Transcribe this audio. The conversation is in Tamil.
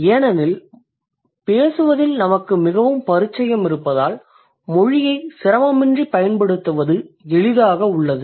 ஏனெனில் பேசுவதில் நமக்கு மிகவும் பரிச்சயம் இருப்பதால் மொழியைச் சிரமமின்றிப் பயன்படுத்துவது எளிதாக உள்ளது